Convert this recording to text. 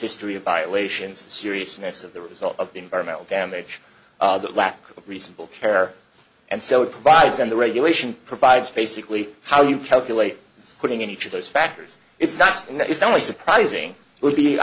history of violations the seriousness of the result of environmental damage that lack of reasonable care and so it provides and the regulation provides basically how you calculate putting in each of those factors it's not necessarily surprising would be